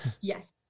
Yes